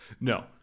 No